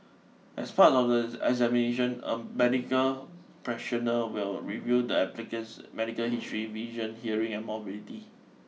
as part of the examination a medical practitioner will review the applicant's medical history vision hearing and mobility